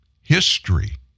History